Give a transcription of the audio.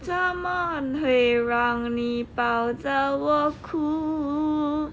怎么会让你抱着我哭